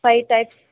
five types